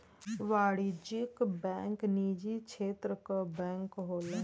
वाणिज्यिक बैंक निजी क्षेत्र क बैंक होला